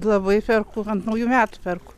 labai perku ant naujų metų perku